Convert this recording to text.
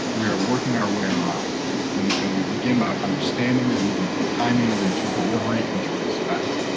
we are working our way around and and we begin by understanding and moving to timing than to delivery and to respect.